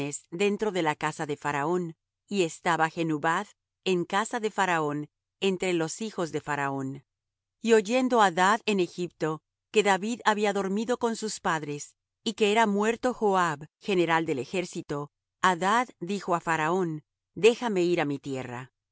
dentro de la casa de faraón y estaba genubath en casa de faraón entre los hijos de faraón y oyendo adad en egipto que david había dormido con sus padres y que era muerto joab general del ejército adad dijo á faraón déjame ir á mi tierra